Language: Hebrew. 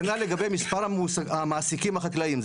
כנ"ל לגבי מספר המעסיקים החקלאים.